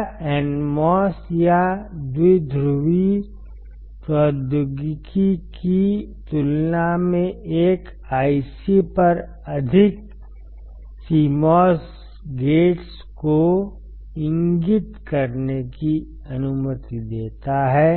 यह NMOS या द्विध्रुवी प्रौद्योगिकी की तुलना में एक IC पर अधिक CMOS गेट्स को इंगित करने की अनुमति देता है